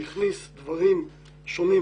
שהכניס דברים שונים.